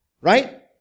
right